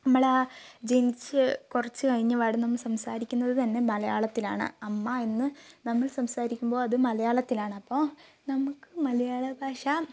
നമ്മൾ ആ ജനിച്ച് കൊറച്ചു കഴിഞ്ഞപാട് നമ്മൾ സംസാരിക്കുന്നത് തന്നെ മലയാളത്തിലാണ് അമ്മ എന്നു നമ്മൾ സംസാരിക്കുമ്പോൾ അതു മലയാളത്തിലാണ് അപ്പോൾ നമ്മൾക്ക് മലയാളഭാഷ